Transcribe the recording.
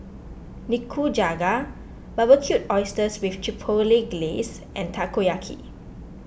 Nikujaga Barbecued Oysters with Chipotle Glaze and Takoyaki